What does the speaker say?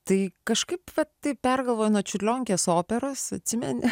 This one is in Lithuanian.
tai kažkaip vat taip pergalvojo nuo čiurlionkės operos atsimeni